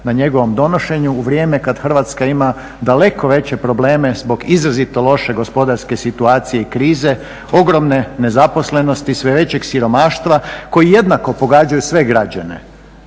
na njegovom donošenju u vrijeme kad Hrvatska ima daleko veće probleme zbog izrazito loše gospodarske situacije i krize, ogromne nezaposlenosti, sve većeg siromaštva koji jednako pogađaju sve građane,